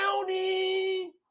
county